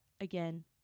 Again